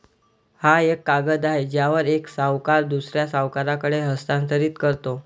हा एक कागद आहे ज्यावर एक सावकार दुसऱ्या सावकाराकडे हस्तांतरित करतो